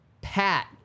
Pat